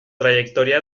trayectoria